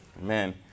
Amen